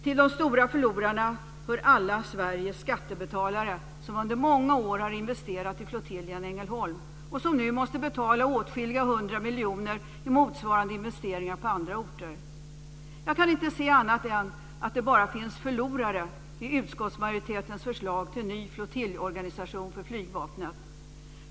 Till de stora förlorarna hör alla Sveriges skattebetalare som under många år har investerat i flottiljen i Ängelholm och som nu måste betala åtskilliga hundra miljoner i motsvarande investeringar på andra orter. Jag kan inte se annat än att det bara finns förlorare i utskottsmajoritetens förslag till ny flottiljorganisation för flygvapnet.